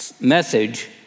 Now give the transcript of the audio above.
message